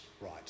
right